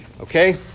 Okay